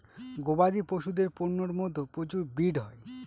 গবাদি পশুদের পন্যের মধ্যে প্রচুর ব্রিড হয়